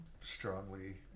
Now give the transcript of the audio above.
strongly